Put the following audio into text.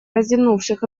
разинувших